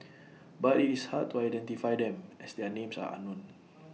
but IT is hard to identify them as their names are unknown